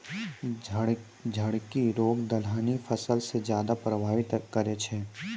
झड़की रोग दलहनी फसल के ज्यादा प्रभावित करै छै